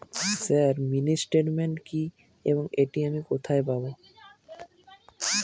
Sir mini statement কি এবং এটি আমি কোথায় পাবো?